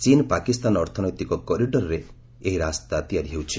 ଚୀନ୍ ପାକିସ୍ତାନ ଅର୍ଥନୈତିକ କରିଡରରେ ଏହି ରାସ୍ତା ତିଆରି ହେଉଛି